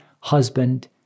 husband